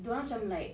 dorang macam like